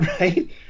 Right